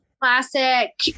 classic